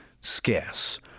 scarce